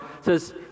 says